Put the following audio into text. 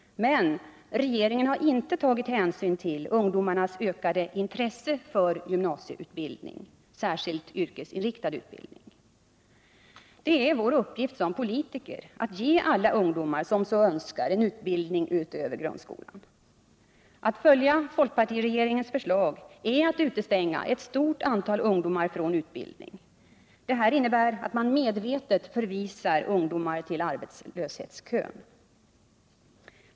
Men regeringen har inte tagit hänsyn till ungdomarnas ökande intresse för gymnasieutbildning, särskilt yrkesinriktad utbildning. Det är vår uppgift som politiker att ge alla ungdomar som så önskar en utbildning utöver grundskolan. Att följa folkpartiregeringens förslag är att utestänga ett stort antal ungdomar från utbildning. Detta innebär att man medvetet förvisar ungdomar till arbetslöshetskön.